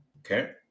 Okay